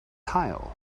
tile